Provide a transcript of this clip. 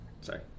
Sorry